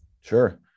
Sure